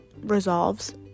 resolves